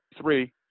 three